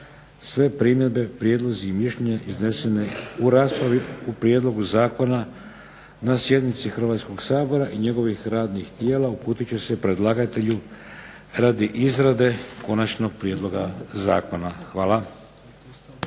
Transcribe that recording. Sve primjedbe, prijedlozi i mišljenja izneseni u raspravi u prijedlogu zakona na sjednici Hrvatskog sabora i njegovih radnih tijela uputit će se predlagatelju radi izrade konačnog prijedloga zakona. Hvala.